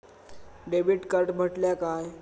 Debit card म्हटल्या काय?